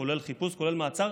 כולל חיפוש וכולל מעצר.